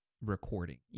recording